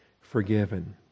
forgiven